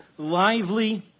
lively